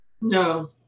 No